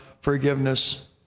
forgiveness